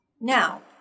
Now